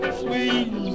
sweet